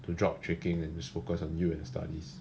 to drop tricking and just focus on you and studies